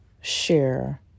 share